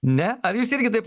ne ar jūs irgi taip